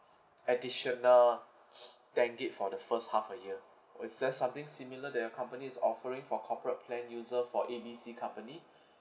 additional ten gig for the first half a year is there something similar that your company is offering for corporate plan user for A B C company